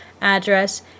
address